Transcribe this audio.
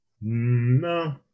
no